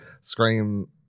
Scream